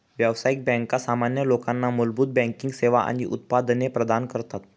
व्यावसायिक बँका सामान्य लोकांना मूलभूत बँकिंग सेवा आणि उत्पादने प्रदान करतात